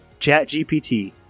ChatGPT